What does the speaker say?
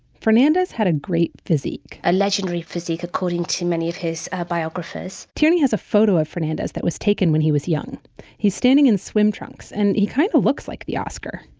fernandez had a great physique, a legendary physique, according to many of his biographies tierney has a photo of fernandez that was taken when he was young he's standing in swim trunks and he kind of looks like the oscar,